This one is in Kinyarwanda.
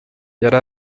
yari